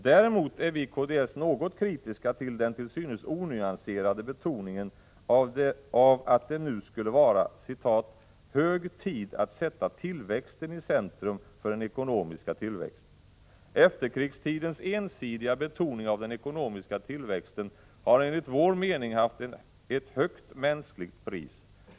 Däremot är vi i kds något kritiska till den till synes onyanserade betoningen av att det nu skulle vara ”hög tid att sätta tillväxten i centrum för den ekonomiska politiken”. Efterkrigstidens ensidiga betoning av den ekonomiska tillväxten har enligt vår mening haft ett högt mänskligt pris.